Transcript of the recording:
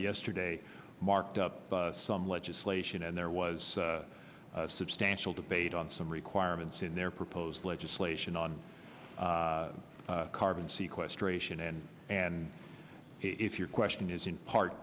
yesterday marked up some legislation and there was a substantial debate on some requirements in their proposed legislation on carbon sequestration and and if your question is in part